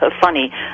funny